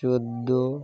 চোদ্দো